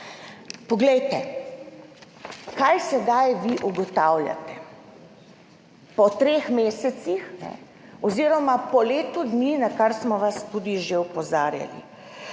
mar ne? Kaj sedaj vi ugotavljate, po treh mesecih oziroma po letu dni, na kar smo vas tudi že opozarjali?